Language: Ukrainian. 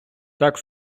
так